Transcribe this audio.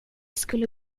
skulle